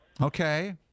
Okay